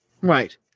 Right